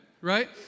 right